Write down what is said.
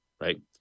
right